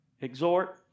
exhort